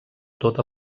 tota